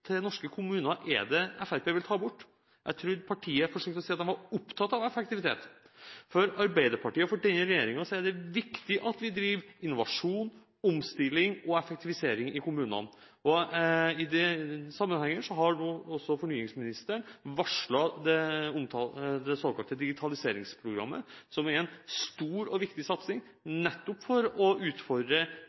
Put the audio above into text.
hos norske kommuner er det Fremskrittspartiet vil ta bort? Jeg trodde partiet forsøkte å si at det var opptatt av effektivitet. For Arbeiderpartiet og for denne regjeringen er det viktig at vi driver innovasjon, omstilling og effektivisering i kommunene. I den sammenhengen har nå også fornyingsministeren varslet det såkalte digitaliseringsprogrammet, som er en stor og viktig satsing nettopp for å utfordre